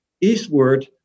eastward